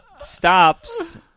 Stops